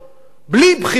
בחריש אין בחירות.